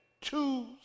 two